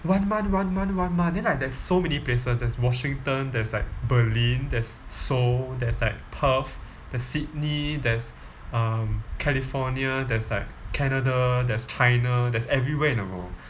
one month one month one month then like there's so many places there's washington there's like berlin there's seoul there's like perth there's sydney there's um california there's like canada there's china there's everywhere in the world